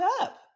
up